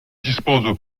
dispose